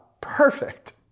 perfect